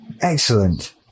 Excellent